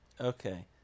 Okay